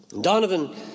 Donovan